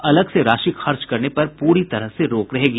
अलग से राशि खर्च करने पर पूरी तरह से रोक रहेगी